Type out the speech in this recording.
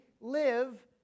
live